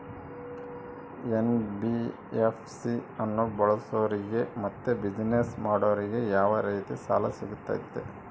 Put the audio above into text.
NBFC ಅನ್ನು ಬಳಸೋರಿಗೆ ಮತ್ತೆ ಬಿಸಿನೆಸ್ ಮಾಡೋರಿಗೆ ಯಾವ ರೇತಿ ಸಾಲ ಸಿಗುತ್ತೆ?